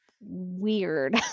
weird